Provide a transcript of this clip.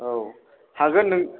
औ हागोन नों